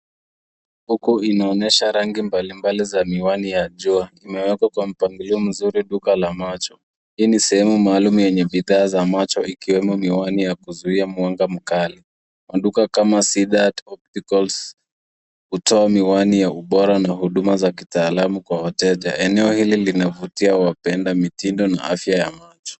Huku inaonyesha rangi mbalimbali za miwani ya jua. Imewekwa kwa mpangilio mzuri duka la macho. Hii ni sehemu maalumu yenye bidhaa za macho ikiwemo miwani ya kuzuia mwanga mkali. Maduka kama sidat opticals hutoa miwani ya ubora na huduma za kitaalamu kwa wateja. Eneo hili linavutia wapenda mitindo na afya ya macho.